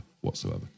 whatsoever